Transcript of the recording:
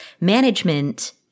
management